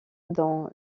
dans